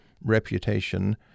reputation